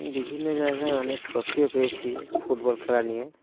আমি বিভিন্ন জায়গায় অনেক ট্রফিও পেয়েছি ফুটবল খেলা নিয়ে